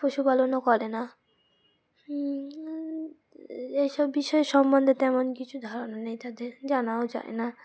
পশুপালনও করে না এইসব বিষয় সম্বন্ধে তেমন কিছু ধারণা নেই তাদের জানাও যায় না